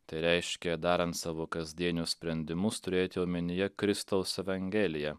tai reiškia darant savo kasdienius sprendimus turėti omenyje kristaus evangeliją